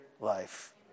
life